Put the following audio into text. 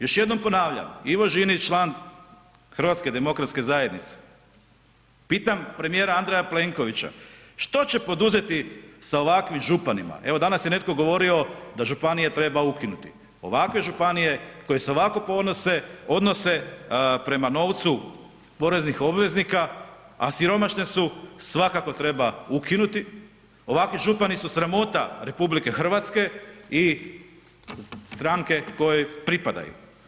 Još jednom ponavljam, Ivo Žinić član HDZ-a, pitam premijera Andreja Plenkovića, što će poduzeti sa ovakvim županima, evo danas je netko govorio da županije treba ukinuti, ovakve županije koje se ovako ponose odnose prema novcu poreznih obveznika, a siromašne su, svakako treba ukinuti, ovakvi župani su sramota RH i stranke kojoj pripadaju.